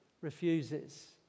refuses